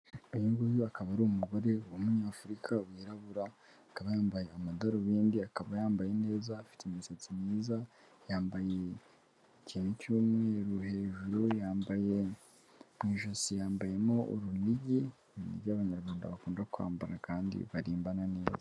Uyu nguyu akaba ari umugore w'umunyafurika wirabura, akaba yambaye amadarubindi, akaba yambaye neza, afite imisatsi myiza, yambaye ikintu cy'umweru hejuru, yambaye mu ijosi yambayemo urunigi, ni ibyo abanyarwanda bakunda kwambara kandi barimbana neza.